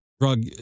drug